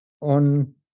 on